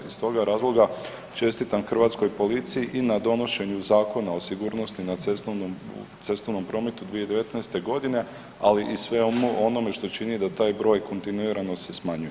Iz toga razloga čestitam hrvatskoj policiji i na donošenju Zakona o sigurnosti u cestovnom prometu 2019.g., ali i svemu onome što čini da taj broj kontinuirano se smanjuje.